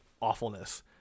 awfulness